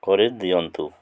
କରି ଦିଅନ୍ତୁ